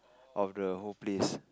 of the whole place